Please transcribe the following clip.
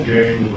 Game